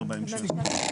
בהמשך.